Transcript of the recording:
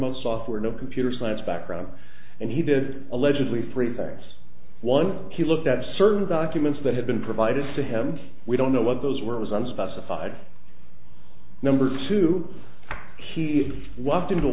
most software no computer science background and he did allegedly three facts one he looked at certain documents that had been provided to him we don't know what those were it was unspecified number two he walked into a